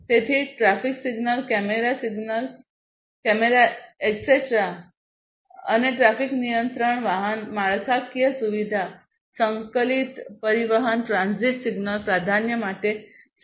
તેથી traffic signal camera etcetera અને traffic નિયંત્રણ વાહન માળખાકીય સુવિધા સંકલિત પરિવહન ટ્રાન્ઝિટ સિગ્નલ પ્રાધાન્યતા માટે સી